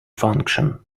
function